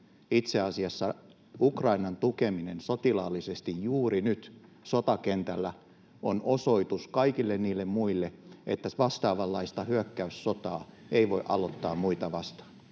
Itse asiassa Ukrainan tukeminen sotilaallisesti juuri nyt sotakentällä on osoitus kaikille niille muille, että vastaavanlaista hyök-käyssotaa ei voi aloittaa muita vastaan.